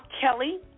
kelly